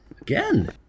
again